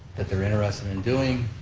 that they're interested in doing.